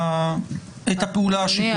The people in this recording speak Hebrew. אדוני,